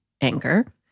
anger